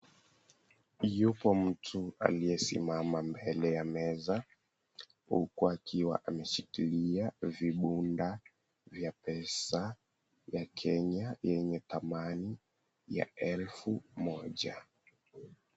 Yupo mtu aliyesimama mbele ya meza huku akiwa ameshikilia vibunda vya pesa ya Kenya yenye thamani ya elfu moja.